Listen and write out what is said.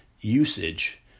usage